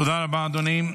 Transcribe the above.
תודה רבה, אדוני.